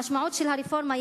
המשמעות של הרפורמה,